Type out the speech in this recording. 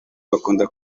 bakunda